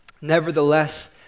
Nevertheless